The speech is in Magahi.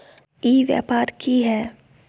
ई व्यापार की हाय?